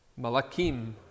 Malakim